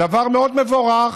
דבר מאוד מבורך.